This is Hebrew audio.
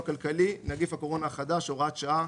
כלכלי (נגיף הקורונה החדש) (הוראת שעה),